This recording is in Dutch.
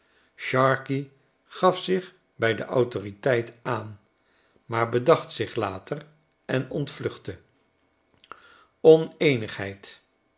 sharkey gaf zich bij de autori teit aan maar bedacht zich later en ontvluchtte